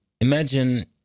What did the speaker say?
imagine